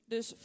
Dus